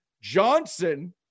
Johnson